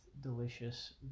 delicious